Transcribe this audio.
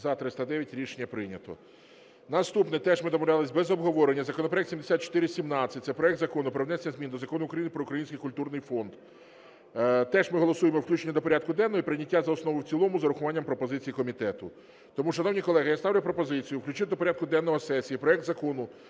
За-309 Рішення прийнято. Наступне теж ми домовлялись без обговорення. Законопроект 7417. Це проект Закону про внесення змін до Закону України "Про Український культурний фонд". Теж ми голосуємо включення до порядку денного і прийняття за основу і в цілому з урахуванням пропозицій комітету. Тому, шановні колеги, я ставлю пропозицію включити до порядку денного сесії проект Закону